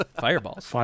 Fireballs